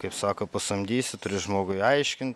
kaip sako pasamdysi turi žmogui aiškin